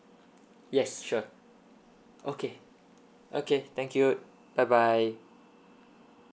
yes sure okay okay thank you bye bye